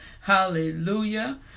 Hallelujah